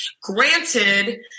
Granted